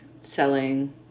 selling